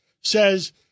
says